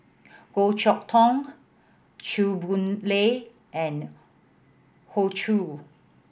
Goh Chok Tong Chew Boon Lay and Hoey Choo